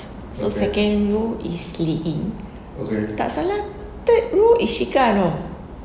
so second row is lee ying tak salah third row is shika you know